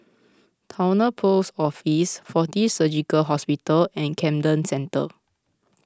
Towner Post Office fortis Surgical Hospital and Camden Centre